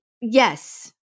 yes